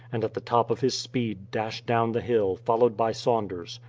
and at the top of his speed dashed down the hill, followed by saunders.